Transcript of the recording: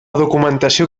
documentació